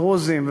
הדרוזים,